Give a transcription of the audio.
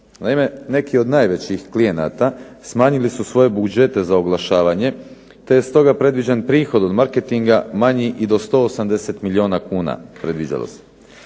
Naime, neki od najvećih klijenata smanjili su svoje budžete za oglašavanje te je stoga predviđen prihod od marketinga manji i do 180 milijuna kuna